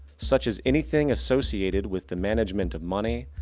such as anything assosiated with the management of money,